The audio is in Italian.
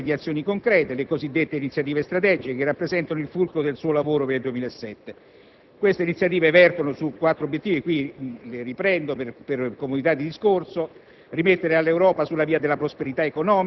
Per la prima volta, la Commissione ha definito una serie di azioni concrete, le cosiddette iniziative strategiche, che rappresentano il fulcro del suo lavoro per il 2007. Queste iniziative vertono su quattro obiettivi che riprendo per comodità di discorso: